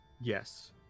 yes